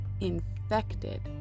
infected